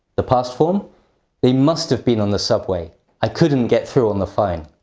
the past form they must have been on the subway i couldn't get through on the phone.